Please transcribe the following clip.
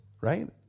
right